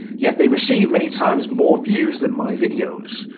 yet they receive many times more views than my videos.